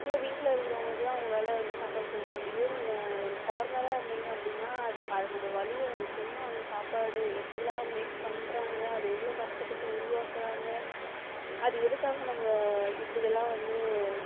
உங்கள் வீட்டில் இருக்கிறவங்களுக்குதான் உங்களால வந்து சாப்பாடு போட முடியும் இதுவே நீங்கள் ஒரு ஃபார்மராக இருந்தீங்க அப்படினா அது அதனோடய வலி உங்களுக்கு தெரியும் அந்த சாப்பாடு எப்படிலாம் மேக் பண்றாங்க அதை எவ்வளோ கஷ்டப்பட்டு உருவாக்குறாங்க அது எதுக்காக நம்ம இப்படியெல்லாம் வந்து